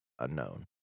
unknown